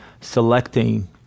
selecting